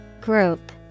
Group